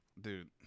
Dude